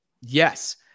yes